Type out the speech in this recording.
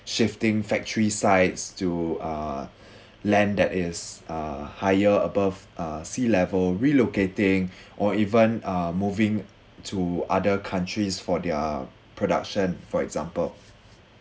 shifting factory sites to uh land that is uh higher above uh sea level relocating or even uh moving to other countries for their production for example